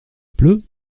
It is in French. pleut